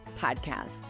Podcast